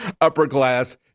upper-class